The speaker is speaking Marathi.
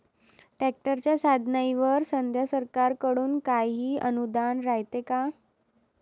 ट्रॅक्टरच्या साधनाईवर सध्या सरकार कडून काही अनुदान रायते का?